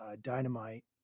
dynamite